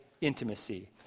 intimacy